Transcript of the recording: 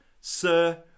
Sir